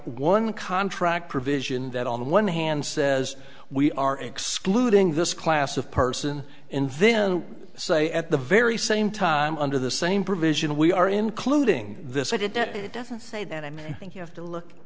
one contract provision that on the one hand says we are excluding this class of person and then say at the very same time under the same provision we are including this i did that it doesn't say that i mean i think you have to look